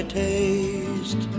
taste